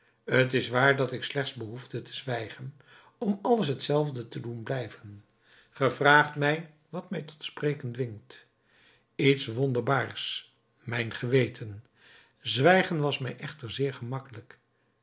t is waar dat ik slechts behoefde te zwijgen om alles hetzelfde te doen blijven ge vraagt mij wat mij tot spreken dwingt iets wonderbaars mijn geweten zwijgen was mij echter zeer gemakkelijk